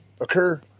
occur